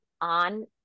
on